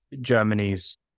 Germany's